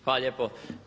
Hvala lijepo.